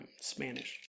Spanish